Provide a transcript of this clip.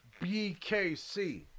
BKC